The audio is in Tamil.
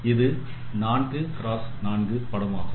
இது 4 x 4 படமாகும்